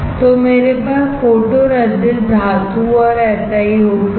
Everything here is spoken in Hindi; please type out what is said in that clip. तो मेरे पास फोटोरेसिस्ट धातु और SiO2 है